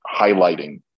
highlighting